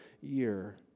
year